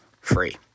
free